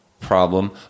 problem